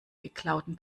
geklauten